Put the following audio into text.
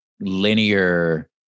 linear